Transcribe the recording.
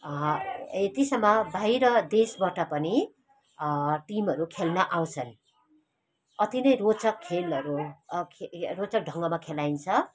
यतिसम्म बाहिर देशबाट पनि टिमहरू खेल्न आउँछन् अति नै रोचक खेलहरू रोचक ढङ्गमा खेलाइन्छ